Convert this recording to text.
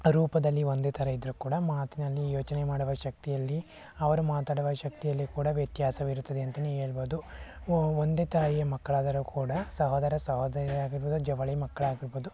ರೂಪದಲ್ಲಿ ಒಂದೇ ಥರ ಇದ್ದರೂ ಕೂಡ ಮಾತಿನಲ್ಲಿ ಯೋಚನೆ ಮಾಡುವ ಶಕ್ತಿಯಲ್ಲಿ ಅವರು ಮಾತಾಡುವ ಶಕ್ತಿಯಲ್ಲಿ ಕೂಡ ವ್ಯತ್ಯಾಸವಿರುತ್ತದೆ ಅಂತಲೇ ಹೇಳ್ಬೋದು ಒಂದೇ ತಾಯಿಯ ಮಕ್ಕಳಾದರು ಕೂಡ ಸಹೋದರ ಸಹೋದರಿ ಆಗಿರುವುದು ಜವಳಿ ಮಕ್ಕಳಾಗಿರ್ಬೋದು